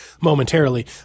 momentarily